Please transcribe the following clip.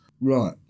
Right